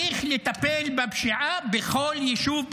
צריך לטפל בפשיעה בכל יישוב,